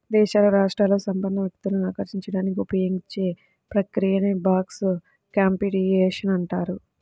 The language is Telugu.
దేశాలు, రాష్ట్రాలు సంపన్న వ్యక్తులను ఆకర్షించడానికి ఉపయోగించే ప్రక్రియనే ట్యాక్స్ కాంపిటీషన్ అంటారు